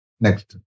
Next